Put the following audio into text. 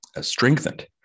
strengthened